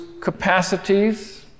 capacities